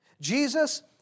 Jesus